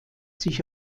sich